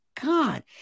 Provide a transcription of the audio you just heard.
God